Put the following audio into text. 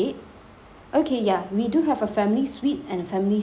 okay yeah we do have a family suite and family standard room